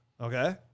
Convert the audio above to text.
Okay